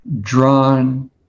drawn